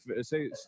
say